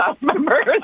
members